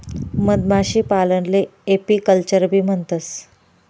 मधमाशीपालनले एपीकल्चरबी म्हणतंस